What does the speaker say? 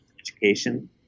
education